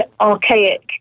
archaic